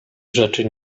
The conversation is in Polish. rzeczy